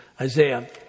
Isaiah